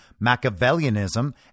Machiavellianism